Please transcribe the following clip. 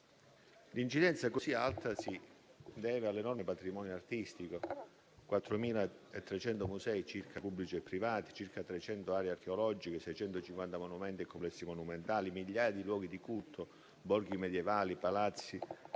Un'incidenza così alta si deve all'enorme patrimonio artistico; circa 4.300 musei, pubblici e privati, 300 aree archeologiche, 650 monumenti e complessi monumentali, migliaia di luoghi di culto, borghi medievali, palazzi